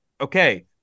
Okay